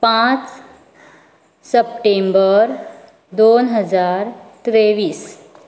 पांच सप्टेंबर दोन हजार तेवीस